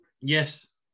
yes